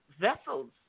vessels